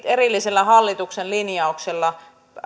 erillisellä hallituksen linjauksella